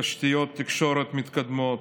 תשתיות תקשורת מתקדמות,